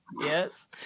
Yes